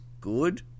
good